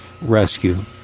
rescue